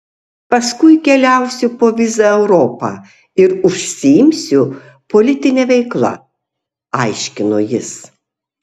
paskui keliausiu po vizą europą ir užsiimsiu politine veikla aiškino jis